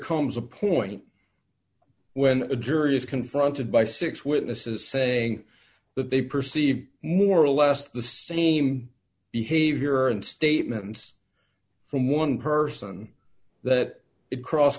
comes a point when a jury is confronted by six witnesses saying that they perceive more or less the same behavior and statements from one person that it cross